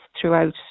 throughout